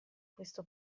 questo